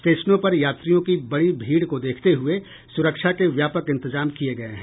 स्टेशनों पर यात्रियों की बढ़ी भीड़ को देखते हुये सुरक्षा के व्यापक इंतजाम किये गये हैं